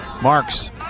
Marks